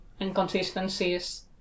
inconsistencies